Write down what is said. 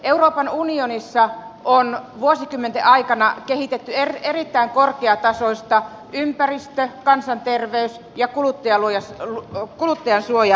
euroopan unionissa on vuosikymmenten aikana kehitetty erittäin korkeatasoista ympäristö kansanterveys ja kuluttajansuojalainsäädäntöä